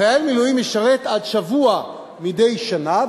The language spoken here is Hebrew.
חייל מילואים ישרת עד שבוע מדי שנה,